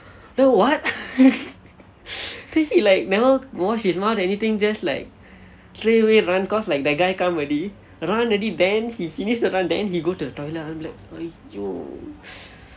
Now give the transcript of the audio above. !huh! what then he like never wash his mouth anything just like straight away run cause like the guy come already run already then he finish the run then he go to the toilet I'm like !aiyo!